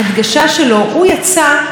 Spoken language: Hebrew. שחתמנו עליו והצטרפנו אליו,